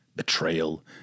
Betrayal